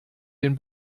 den